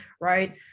right